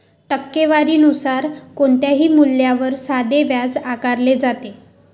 टक्केवारी नुसार कोणत्याही मूल्यावर साधे व्याज आकारले जाते